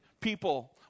people